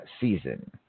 season